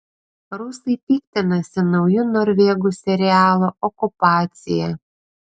rusai piktinasi nauju norvegų serialu okupacija